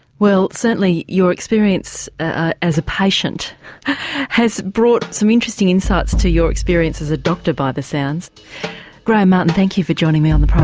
well certainly your experience ah as a patient has brought some interesting insights to your experience as a doctor by the sounds graham martin thank you for joining me on the